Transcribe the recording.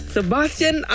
Sebastian